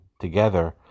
Together